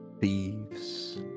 Thieves